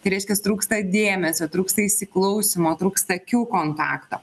tai reiškias trūksta dėmesio trūksta įsiklausymo trūksta akių kontakto